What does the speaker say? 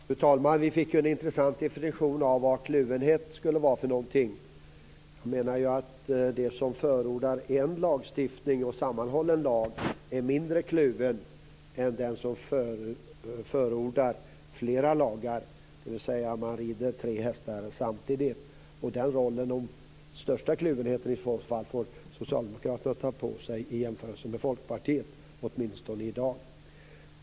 Fru talman! Vi fick en intressant definition av vad kluvenhet skulle vara. Jag menar att den som förordar en lagstiftning, en sammanhållen lag, är mindre kluven än den som förordar flera lagar och rider tre hästar samtidigt. Den rollen och den största kluvenheten får i så fall Socialdemokraterna ta på sig i jämförelse med Folkpartiet, åtminstone i dag.